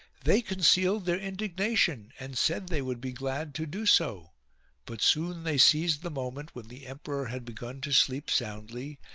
they concealed their indignation and said they would be glad to do so but soon they seized the moment when the emperor had begun to sleep soundly,